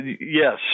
yes